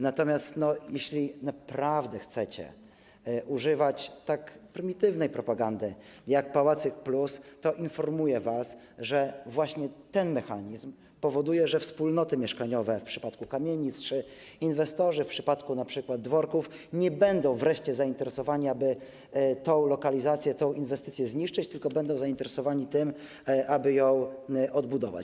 Natomiast jeśli naprawdę chcecie używać tak prymitywnej propagandy, jak pałacyk +, to informuję was, że właśnie ten mechanizm powoduje, że wspólnoty mieszkaniowe w przypadku kamienic czy inwestorzy w przypadku np. dworków nie będą wreszcie zainteresowani, aby tę lokalizację, tę inwestycję zniszczyć, tylko będą zainteresowani tym, aby ją odbudować.